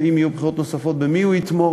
ואם יהיו בחירות נוספות במי הוא יתמוך,